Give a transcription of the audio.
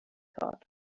thought